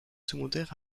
secondaire